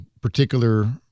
particular